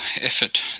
effort